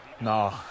no